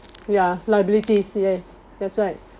ya liabilities yes that's right